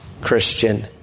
Christian